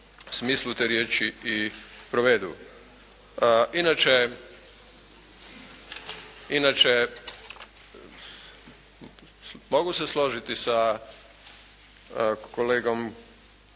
smislu te riječi i provedu. Inače mogu se složiti sa kolegom